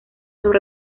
sobre